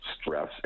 stress